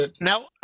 now